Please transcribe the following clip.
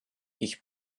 ich